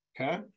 Okay